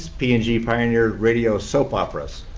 p and g pioneered radio soap operas,